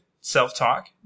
self-talk